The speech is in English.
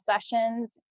sessions